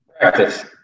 Practice